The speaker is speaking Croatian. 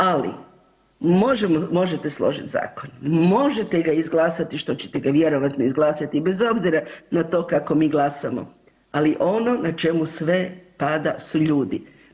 Ali možemo, možete složit zakon, možete ćete ga izglasati što ćete ga vjerojatno izglasati bez obzira na to kako mi glasamo, ali ono na čemu sve pada su ljudi.